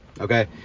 Okay